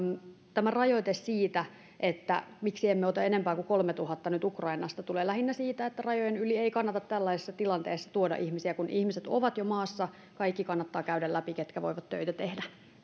tämä rajoite siitä että miksi emme ota enempää kuin kolmetuhatta nyt ukrainasta tulee lähinnä siitä että rajojen yli ei kannata tällaisessa tilanteessa tuoda ihmisiä kun ihmiset ovat jo maassa kannattaa käydä läpi kaikki ketkä voivat töitä tehdä